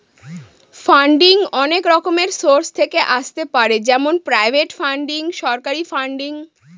funding অনেক রকমের source থেকে আসতে পারে যেমন প্রাইভেট ফান্ডিং, সরকারি ফান্ডিং